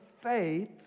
faith